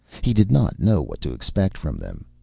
he did not know what to expect from them.